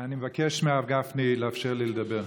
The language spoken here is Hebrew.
אני מבקש מהרב גפני לאפשר לי לדבר.